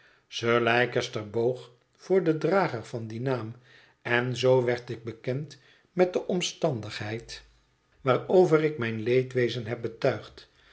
sir leicester boog voor den drager van dien naam en zoo werd ik bekend met de omstandigheid waarover ik mijn leedwezen heb betuigd